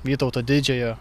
vytauto didžiojo